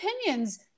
opinions